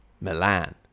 Milan